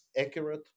accurate